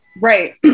right